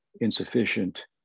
insufficient